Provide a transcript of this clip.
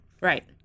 Right